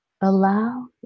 allow